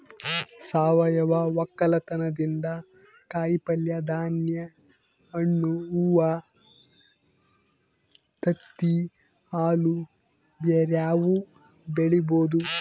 ಸಾವಯವ ವಕ್ಕಲತನದಿಂದ ಕಾಯಿಪಲ್ಯೆ, ಧಾನ್ಯ, ಹಣ್ಣು, ಹೂವ್ವ, ತತ್ತಿ, ಹಾಲು ಬ್ಯೆರೆವು ಬೆಳಿಬೊದು